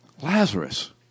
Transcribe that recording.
Lazarus